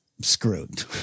screwed